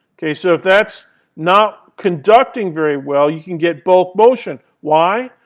okay? so if that's not conducting very well, you can get both motion. why?